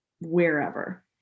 wherever